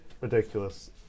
ridiculous